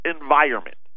environment